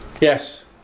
Yes